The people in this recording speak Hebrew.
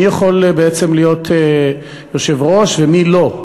מי יכול בעצם להיות יושב-ראש ומי לא,